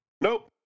Nope